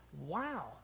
wow